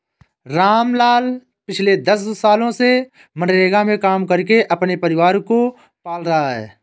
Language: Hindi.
रामलाल पिछले दस सालों से मनरेगा में काम करके अपने परिवार को पाल रहा है